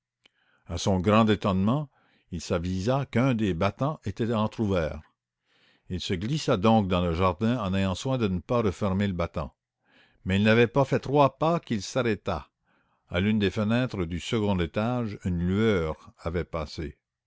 à son grand étonnement il s'avisa qu'un des battants était entr'ouvert il se glissa donc dans le jardin en ayant soin de ne pas refermer le battant il n'avait pas fait trois pas qu'il s'arrêta à l'une des fenêtres du second étage une lueur avait passé